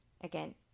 again